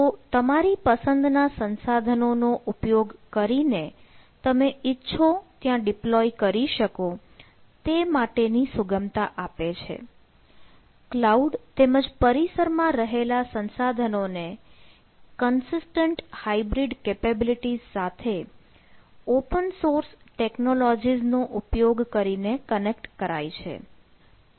તે તમારી પસંદના સાધનોનો ઉપયોગ કરીને તમે ઇચ્છો ત્યાં ડિપ્લોય સાથે ઓપન સોર્સ ટેકનોલોજીનો ઉપયોગ કરીને કનેક્ટ કરાય છે